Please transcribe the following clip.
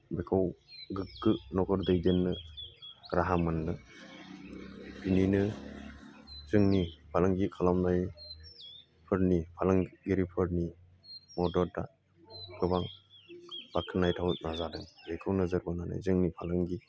बेखौ गोग्गो न'खर दैदेननो राहा मोन्दों बेनिनो जोंनि फालांगि खालामनायफोरनि फालांगिरिफोरनि मददआ गोबां बाख्नायथावना जादों बेखौ नोजोर बोनानै जोंनि फालांगि